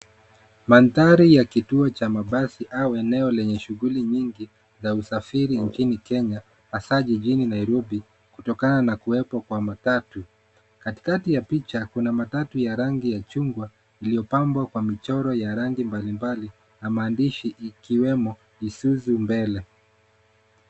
Manthari ya kituo cha mabasi au eneo lenye shuguli nyingi la usafiri nchini Kenya hasaa jijini Nairobi kutokana na kuwepo kwa matatu. Katikati ya picha kuna matau ya rangi ya chungwa iliyopangwa kwa michoro ya rangi mablimbali na maadishi ikiwemo Isuzu mbele.